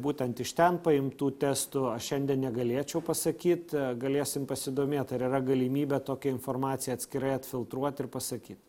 būtent iš ten paimtų testų aš šiandien negalėčiau pasakyti galėsim pasidomėt ar yra galimybė tokią informaciją atskirai atfiltruot ir pasakyt